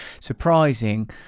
surprising